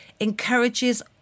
encourages